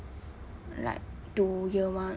like to year one